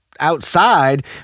outside